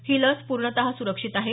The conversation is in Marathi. ही लस पूर्णत सुरक्षित आहे